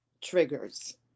triggers